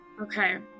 okay